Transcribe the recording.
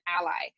ally